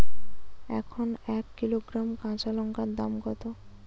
এখন এক কিলোগ্রাম কাঁচা লঙ্কার দাম কত?